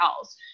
else